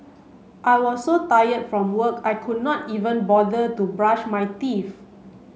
I was so tired from work I could not even bother to brush my teeth